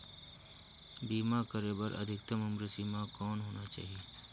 बीमा करे बर अधिकतम उम्र सीमा कौन होना चाही?